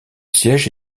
siège